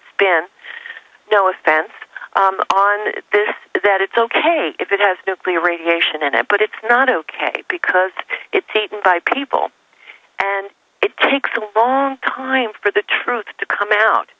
spin no offense on this that it's ok if it has nuclear radiation in it but it's not ok because it taken by people and it takes a long time for the truth to come out